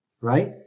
right